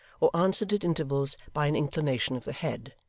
or answered at intervals by an inclination of the head,